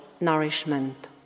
nourishment